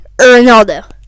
Ronaldo